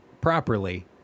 properly